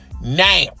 Now